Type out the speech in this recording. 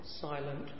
silent